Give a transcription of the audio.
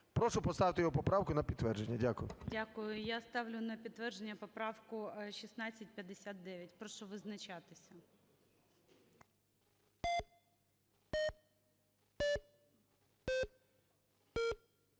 Прошу поставити його поправку на підтвердження. Дякую. ГОЛОВУЮЧИЙ. Дякую. Я ставлю на підтвердження поправку 1659, прошу визначатися.